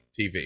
TV